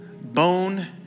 bone